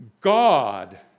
God